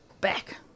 back